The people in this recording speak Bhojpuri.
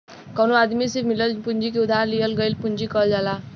कवनो आदमी से मिलल पूंजी के उधार लिहल गईल पूंजी कहल जाला